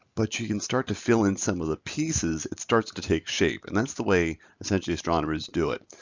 but you can start to fill in some of the pieces, it starts to take shape. and that's the way essentially astronomers do it.